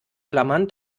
klammern